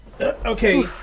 okay